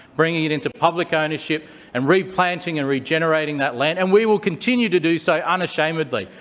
bringing it into public ownership and replanting and regenerating that land, and we will continue to do so unashamedly.